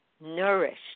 nourished